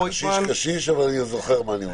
קשיש, קשיש, אבל אני זוכר מה שאני אומר.